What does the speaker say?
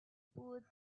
poor